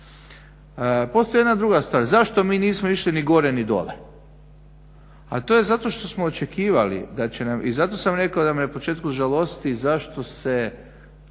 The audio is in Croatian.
postoji jedna druga stvar zašto mi nismo išli ni gore ni dole, a to je zato što smo očekivali da će nam i zato sam rekao da me na početku žalosti zašto se